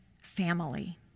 family